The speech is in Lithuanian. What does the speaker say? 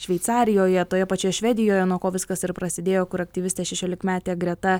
šveicarijoje toje pačioje švedijoje nuo ko viskas ir prasidėjo kur aktyvistė šešiolikmetė greta